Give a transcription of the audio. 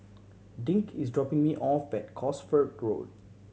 Dink is dropping me off at Cosford Road